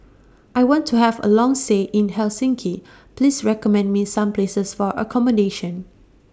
I want to Have A Long stay in Helsinki Please recommend Me Some Places For accommodation